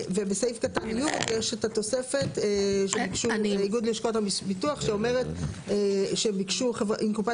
ובסעיף קטן (י) יש את התוספת של איגוד לשכות הביטוח שאומרת שאם קופת